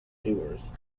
doers